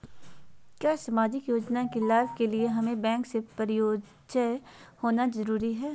क्या सामाजिक योजना के लाभ के लिए हमें बैंक से परिचय होना जरूरी है?